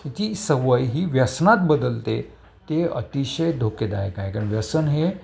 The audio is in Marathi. तिची सवय ही व्यसनात बदलते ते अतिशय धोक्यदायक आहे कारण व्यसन हे